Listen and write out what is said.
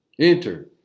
Enter